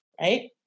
right